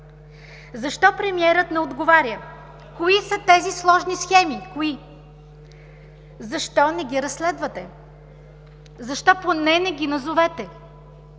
Защо премиерът не отговаря кои са тези сложни схеми? Кои? Защо не ги разследвате? Защо поне не ги назовете?